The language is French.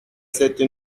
cette